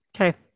Okay